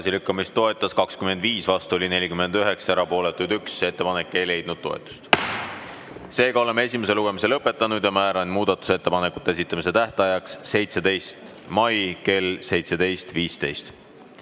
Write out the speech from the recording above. oleme esimese lugemise lõpetanud. Määran muudatusettepanekute esitamise tähtajaks 17. mai kell 17.15.